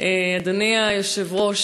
אדוני היושב-ראש,